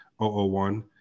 001